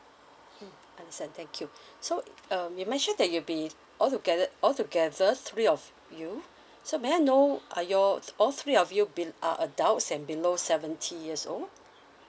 mm understand thank you so um you mentioned that you'll be all together all together three of you so may I know are your all three of you been are adults and below seventy years old